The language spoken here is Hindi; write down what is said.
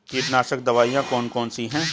कीटनाशक दवाई कौन कौन सी हैं?